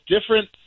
different